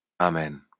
Amen